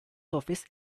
office